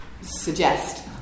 suggest